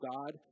God